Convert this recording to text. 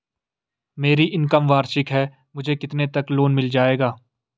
मेरी इनकम वार्षिक है मुझे कितने तक लोन मिल जाएगा?